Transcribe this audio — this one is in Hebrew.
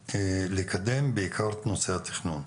מנת בעיקר לקדם את נושא התכנון.